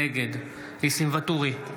נגד ניסים ואטורי,